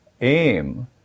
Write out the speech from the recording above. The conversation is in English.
aim